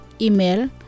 Email